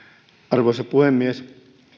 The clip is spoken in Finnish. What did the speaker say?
arvoisa puhemies